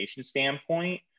standpoint